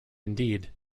indeed